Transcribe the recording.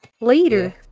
Later